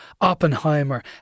Oppenheimer